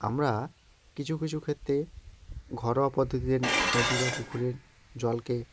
আমরা কিছু কিছু ক্ষেত্তে ঘরোয়া পদ্ধতিতে নদী বা পুকুরের জলকে